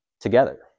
together